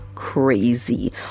crazy